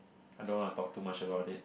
I don't want to talk too much about it